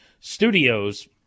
studios